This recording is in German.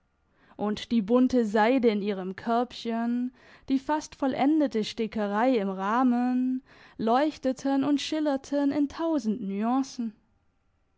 und die bunte seide in ihrem körbchen die fast vollendete stickerei im rahmen leuchteten und schillerten in tausend nuancen